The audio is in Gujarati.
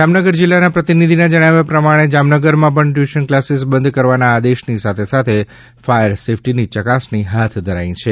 જામનગર જિલ્લાના પ્રતિનિધિના જણાવ્યા પ્રમાણે જામનગરમાં પણ ટ્યુશન કલાસીસ બંધ કરવાના આદેશની સાથે સાથે ફાયર સેફટીની ચકાસણી હાથ ધરાઈ છે